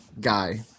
guy